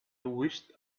wished